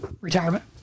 retirement